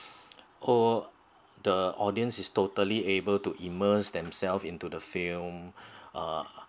or the audience is totally able to immerse themselves into the film uh